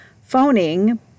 phoning